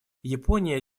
япония